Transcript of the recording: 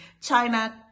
china